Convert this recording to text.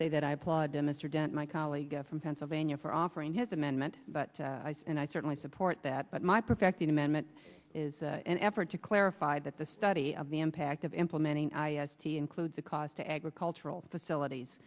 say that i applaud to mr dent my colleague from pennsylvania for offering his amendment but i said i certainly support that but my perfect amendment is an effort to clarify that the study of the impact of implementing i s t includes the cost to agricultural facilities